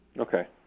Okay